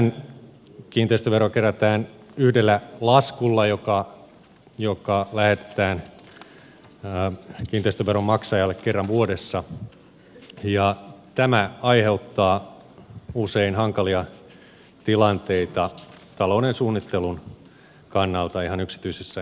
nythän kiinteistövero kerätään yhdellä laskulla joka lähetetään kiinteistöveron maksajalle kerran vuodessa ja tämä aiheuttaa usein hankalia tilanteita talouden suunnittelun kannalta ihan yksityisissä talouksissa